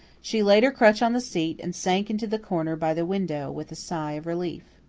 she laid her crutch on the seat, and sank into the corner by the window with a sigh of relief.